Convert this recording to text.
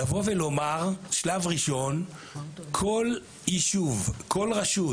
לבוא ולומר בשלב הראשון שכל יישוב וכל רשות